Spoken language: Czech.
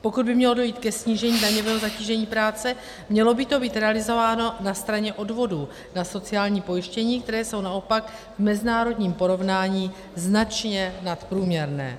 Pokud by mělo dojít ke snížení daňového zatížení práce, mělo by to být realizováno na straně odvodů na sociální pojištění, které jsou naopak v mezinárodním porovnání značně nadprůměrné.